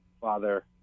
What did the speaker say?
father